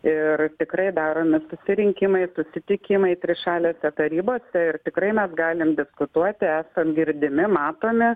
ir tikrai daromi susirinkimai susitikimai trišalėse tarybose ir tikrai mes galim diskutuoti esam girdimi matomi